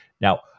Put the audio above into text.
Now